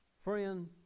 Friend